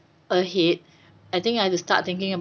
ahead I think I have to start thinking